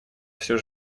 все